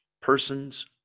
person's